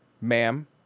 ma'am